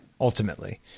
Ultimately